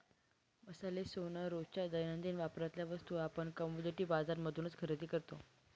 मसाले, सोन, रोजच्या दैनंदिन वापरातल्या वस्तू आपण कमोडिटी बाजार मधूनच खरेदी करतो